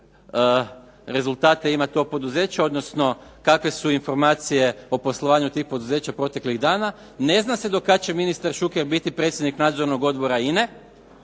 rezultate ima to poduzeće odnosno kakve su informacije o poslovanju tih poduzeća proteklih dana. Ne zna se do kad će ministar Šuker biti predsjednik Nadzornog odbora INA-e.